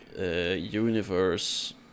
universe